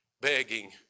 begging